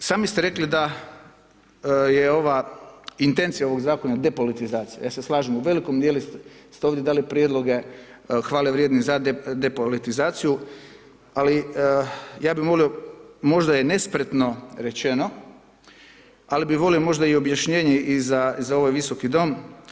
Dakle, sami ste rekli da je ova, intencija ovog zakona depolitizacija, ja se slažem u velikom dijelu ste ovdje dali prijedloge hvale vrijedne za depolitizaciju, ali ja bi molio možda je nespretno rečeno, al bi volio možda i objašnjenje i za ovaj visoko dom.